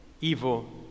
evil